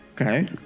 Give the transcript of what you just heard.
Okay